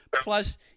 Plus